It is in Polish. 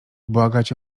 błagać